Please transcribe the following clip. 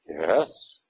Yes